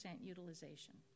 utilization